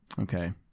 Okay